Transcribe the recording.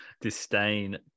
Disdain